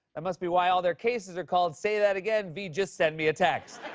that must be why all their cases are called say that again v. just send me a text.